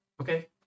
Okay